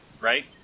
right